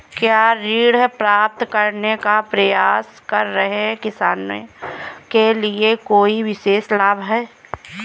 क्या ऋण प्राप्त करने का प्रयास कर रहे किसानों के लिए कोई विशेष लाभ हैं?